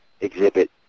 exhibit